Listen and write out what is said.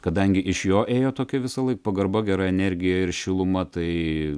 kadangi iš jo ėjo tokia visąlaik pagarba gera energija ir šiluma tai